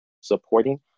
supporting